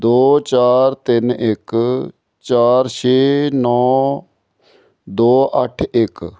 ਦੋ ਚਾਰ ਤਿੰਨ ਇੱਕ ਚਾਰ ਛੇ ਨੌਂ ਦੋ ਅੱਠ ਇੱਕ